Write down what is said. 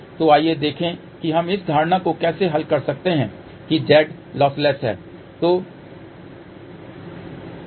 तो आइए देखें कि हम इस धारणा को कैसे हल कर सकते हैं कि Z लॉसलेस है